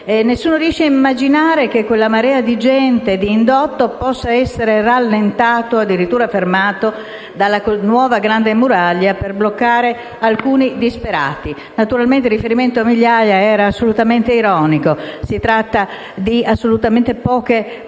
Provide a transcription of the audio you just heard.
nessuno riesce a immaginare che quella marea di gente e di indotto possa essere rallentata o addirittura fermata dalla nuova "grande muraglia" per bloccare alcuni disperati. Naturalmente il riferimento alle migliaia era assolutamente ironico: si tratta di poche persone, pochi disperati.